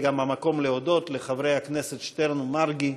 זה גם המקום להודות לחברי הכנסת שטרן ומרגי